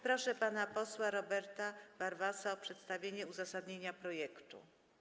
Proszę pana posła Roberta Warwasa o przedstawienie uzasadnienia projektu.